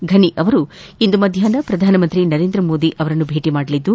ಫನಿ ಅವರು ಇಂದು ಮಧ್ಯಾಷ್ನ ಪ್ರಧಾನಮಂತ್ರಿ ನರೇಂದ್ರಮೋದಿ ಅವರನ್ನು ಭೇಟ ಮಾಡಲಿದ್ದು